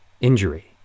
injury